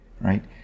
right